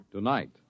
Tonight